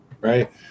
right